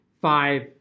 five